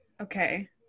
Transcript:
Okay